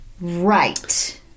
Right